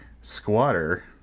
Squatter